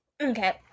Okay